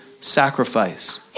sacrifice